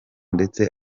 ndetse